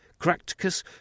Cracticus